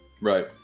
right